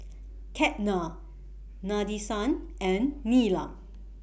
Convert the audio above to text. Ketna Nadesan and Neelam